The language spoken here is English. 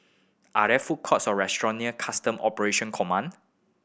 are there food courts or restaurant near Custom Operation Command